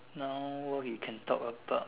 now we can talk about